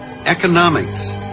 economics